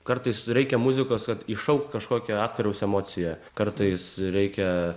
kartais reikia muzikos kad iššaukt kažkokią aktoriaus emociją kartais reikia